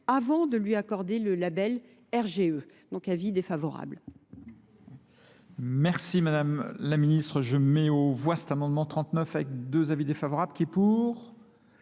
avant de lui accorder le label RGE. Donc avis défavorable. Merci Madame la Ministre. Je mets au voie cet amendement 39 avec deux avis défavorables. Qui est pour ?